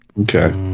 Okay